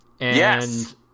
Yes